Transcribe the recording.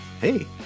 hey